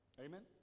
Amen